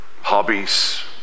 hobbies